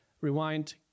Rewind